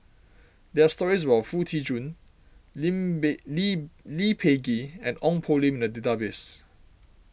there are stories about Foo Tee Jun Lim Peh Lee Peh Gee and Ong Poh Lim in the database